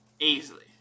easily